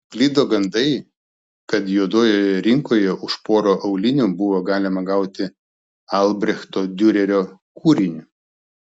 sklido gandai kad juodojoje rinkoje už porą aulinių buvo galima gauti albrechto diurerio kūrinį